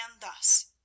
thus